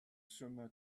summa